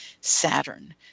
Saturn